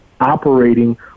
operating